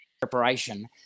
preparation